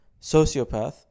sociopath